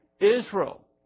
Israel